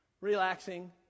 relaxing